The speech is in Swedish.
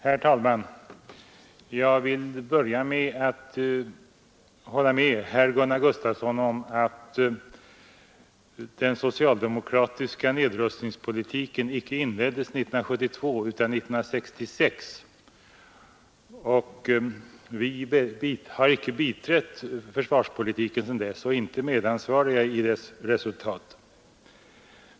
Herr talman! Jag vill hålla med herr Gunnar Gustafsson om att den socialdemokratiska nedrustningspolitiken icke inleddes 1972 utan 1966. Vi har icke biträtt försvarspolitiken sedan dess och är icke medansvariga i dess resultat.